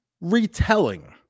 retelling